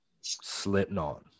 Slipknot